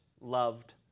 loved